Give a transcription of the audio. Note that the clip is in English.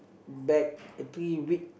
back three big